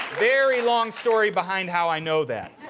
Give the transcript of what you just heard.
very long story behind how i know that.